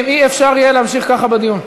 חברים, אי-אפשר להמשיך ככה בדיון.